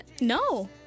No